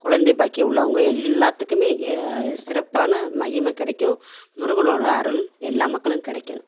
குழந்தை பாக்கியம் உள்ளவங்கள் எல்லாத்துக்குமே சிறப்பான மகிமை கிடைக்கும் முருகனோடய அருள் எல்லாம் மக்களுக்கும் கிடைக்கணும்